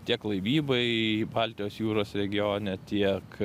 tiek laivybai baltijos jūros regione tiek